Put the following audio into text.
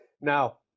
Now